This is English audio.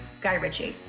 guy ritchie.